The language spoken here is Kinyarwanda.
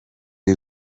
iri